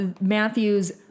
Matthew's